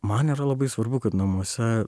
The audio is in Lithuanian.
man yra labai svarbu kad namuose